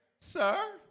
sir